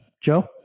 Joe